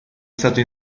stato